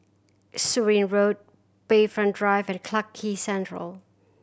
Surin Road Bayfront Drive and Clarke Quay Central